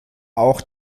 auch